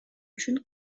үчүн